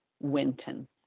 Winton